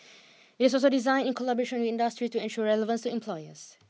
it is also designed in collaboration with industry to ensure relevance to employers